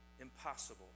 impossible